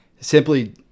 simply